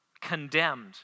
condemned